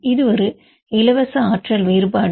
இது ஒரு இலவச ஆற்றல் வேறுபாடு